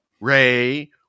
Ray